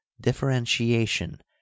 differentiation